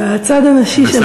הצד הנשי שלך.